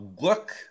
Look